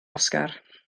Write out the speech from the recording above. oscar